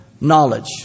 knowledge